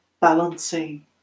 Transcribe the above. balancing